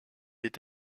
est